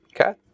Okay